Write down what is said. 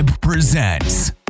presents